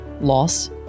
loss